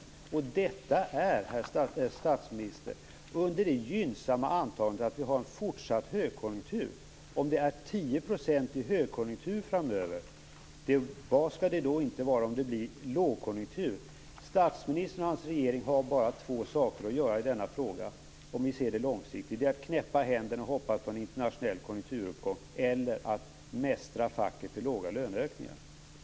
Detta sker, herr statsminister, under det gynnsamma antagandet att vi har en fortsatt högkonjunktur. Om arbetslösheten blir 10 % framöver vid högkonjunktur, vad skall den då inte bli om det blir lågkonjunktur? Statsministern och hans regering har långsiktigt bara två saker att göra i denna fråga: att knäppa händerna och hoppas på en internationell konjunkturuppgång eller att mästra facket till låga löneökningar.